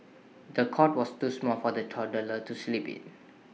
the cot was too small for the toddler to sleep in